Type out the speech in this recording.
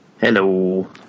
Hello